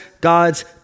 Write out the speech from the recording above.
God's